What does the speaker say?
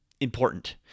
important